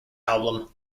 album